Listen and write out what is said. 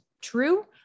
true